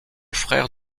frère